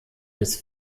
bis